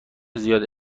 زیادی